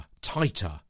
tighter